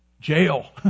jail